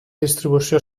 distribució